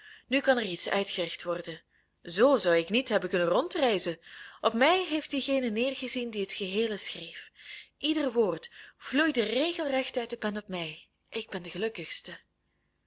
nu kan er iets uitgericht worden zoo zou ik niet hebben kunnen rondreizen op mij heeft diegene neergezien die het geheel schreef ieder woord vloeide regelrecht uit de pen op mij ik ben de gelukkigste